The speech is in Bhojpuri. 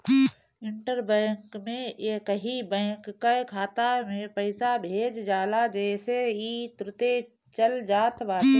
इंटर बैंक में एकही बैंक कअ खाता में पईसा भेज जाला जेसे इ तुरंते चल जात बाटे